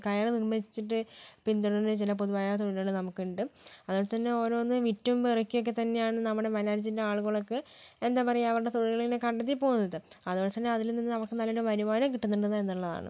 കയർ നിർമ്മിച്ചിട്ട് പിന്തുടരുന്ന ചില പൊതുവായ തൊഴിലുകൾ നമുക്കുണ്ട് അതുപോലെ തന്നെ ഓരോന്നും വിറ്റും പെറുക്കിയൊക്കെ തന്നെയാണ് നമ്മുടെ വയനാട് ജില്ല ആളുകളൊക്കെ എന്താ പറയാ അവരുടെ തൊഴിലിനെ കണ്ടെത്തി പോകുന്നത് അതുപോലെ തന്നെ അതിൽ നിന്ന് നമുക്ക് നല്ലൊരു വരുമാനം കിട്ടുന്നുണ്ട് എന്നുള്ളതാണ്